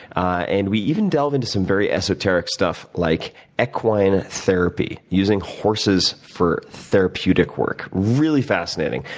and we even delve into some very esoteric stuff like equine therapy, using horses for therapeutic work. really fascinating.